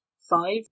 Five